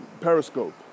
Periscope